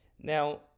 Now